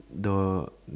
the